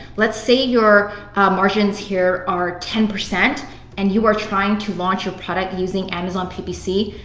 let's say your margins here are ten percent and you are trying to launch your product using amazon ppc,